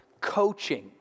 coaching